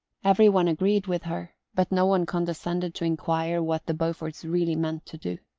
every one agreed with her, but no one condescended to enquire what the beauforts really meant to do.